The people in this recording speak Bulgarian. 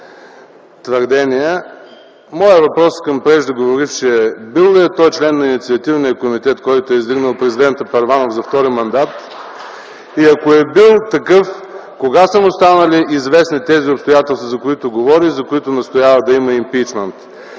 твърдения. Моят въпрос към преждеговорившия е: бил ли е той член на Инициативния комитет, който е издигнал президента Първанов за втори мандат (ръкопляскания от опозицията), и ако е бил такъв, кога са му станали известни тези обстоятелства, за които говори и за които настоява да има импийчмънт?